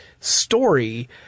story